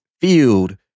field